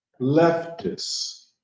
leftists